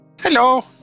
hello